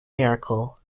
miracle